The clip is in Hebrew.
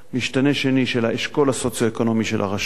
משתנה שני, האשכול הסוציו-אקונומי של הרשות,